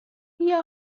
بیا